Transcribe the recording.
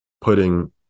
putting